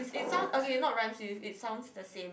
it sounds okay not rhymes with it sounds the same